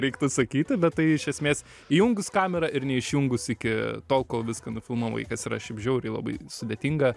reiktų atsakyti bet tai iš esmės įjungus kamerą ir neišjungus iki tol kol viską nufilmavai kas yra šiaip žiauriai labai sudėtinga